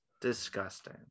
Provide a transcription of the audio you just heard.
disgusting